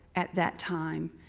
at that time,